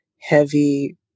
heavy